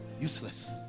useless